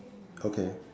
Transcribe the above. okay